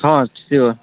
ହଁ ସିଓର୍